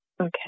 Okay